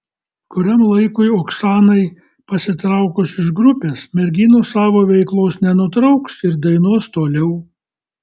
kuriam laikui oksanai pasitraukus iš grupės merginos savo veiklos nenutrauks ir dainuos toliau